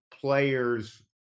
players